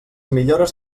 millores